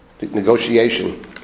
negotiation